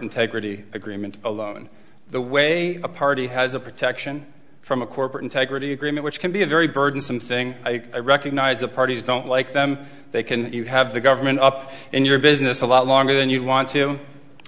integrity agreement alone the way a party has a protection from a corporate integrity agreement which can be a very burdensome thing i recognize the parties don't like them they can you have the government up in your business a lot longer than you want to